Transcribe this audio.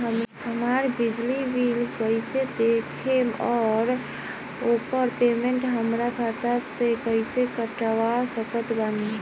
हमार बिजली बिल कईसे देखेमऔर आउर ओकर पेमेंट हमरा खाता से कईसे कटवा सकत बानी?